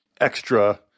extra